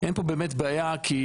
אין פה באמת בעיה כי